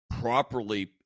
properly